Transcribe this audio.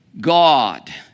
God